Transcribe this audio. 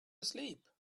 asleep